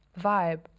vibe